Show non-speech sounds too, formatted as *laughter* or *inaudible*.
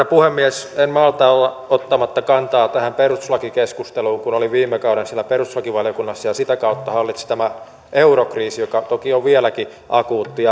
*unintelligible* puhemies en malta olla ottamatta kantaa tähän perustuslakikeskusteluun kun olin viime kaudella siellä perustuslakivaliokunnassa ja sitä kautta hallitsi tämä eurokriisi joka toki on vieläkin akuutti *unintelligible*